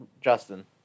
Justin